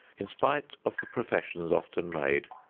in spite of the professions often made,